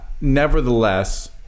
Nevertheless